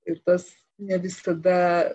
ir tas ne visada